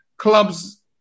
Clubs